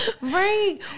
Right